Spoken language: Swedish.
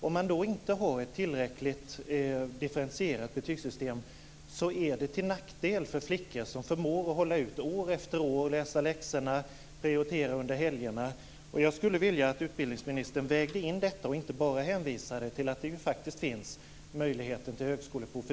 Om man inte har ett tillräckligt differentierat betygssystem är det till nackdel för flickor som förmår hålla ut år efter år, läsa läxor och prioritera under helgerna. Jag skulle vilja att utbildningsministern vägde in detta och inte bara hänvisade till att det faktiskt finns möjlighet att göra högskoleprovet.